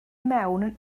mewn